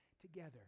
together